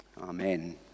amen